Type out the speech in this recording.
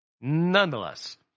Nonetheless